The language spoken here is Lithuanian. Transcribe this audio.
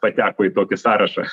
pateko į tokį sąrašą